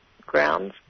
grounds